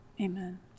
Amen